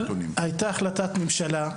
הייתה החלטת ממשלה,